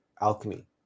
alchemy